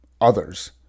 Others